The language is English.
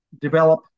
develop